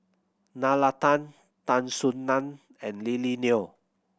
Nalla Tan Tan Soo Nan and Lily Neo